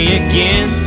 again